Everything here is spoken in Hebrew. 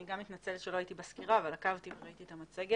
אני מתנצלת שלא הייתי בסקירה אבל עקבתי וראיתי את המצגת.